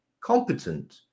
competent